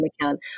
account